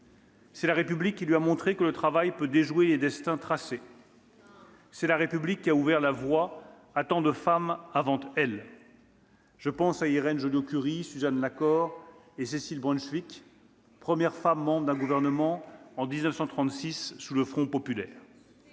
C'est la République qui m'a montré que le travail peut déjouer les destins tracés. « C'est la République qui a ouvert la voie à tant de femmes avant moi. « Je pense à Irène Joliot-Curie, à Suzanne Lacore et à Cécile Brunschvicg, premières femmes membres d'un gouvernement, en 1936, sous le Front populaire.